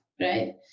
right